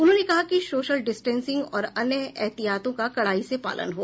उन्होने कहा कि सोशल डिस्टेंसिंग और अन्य ऐहतियातों का कडाई से पालन हो